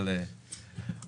למואנס